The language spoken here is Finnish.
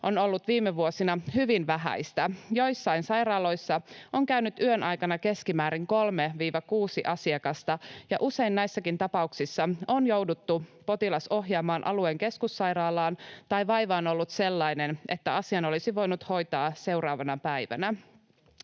on ollut viime vuosina hyvin vähäistä. Joissain sairaaloissa on käynyt yön aikana keskimäärin 3—6 asiakasta, ja usein näissäkin tapauksissa on jouduttu ohjaamaan potilas alueen keskussairaalaan tai vaiva on ollut sellainen, että asian olisi voinut hoitaa seuraavana päivänä.